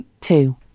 two